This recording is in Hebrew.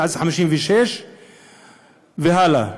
מאז 56' והלאה,